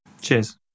Cheers